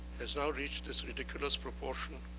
has now reached this ridiculous proportion,